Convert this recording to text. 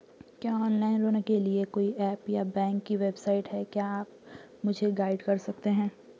क्या ऑनलाइन ऋण के लिए कोई ऐप या बैंक की वेबसाइट है क्या आप मुझे गाइड कर सकते हैं?